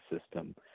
system